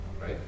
right